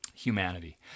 Humanity